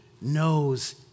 knows